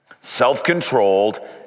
Self-controlled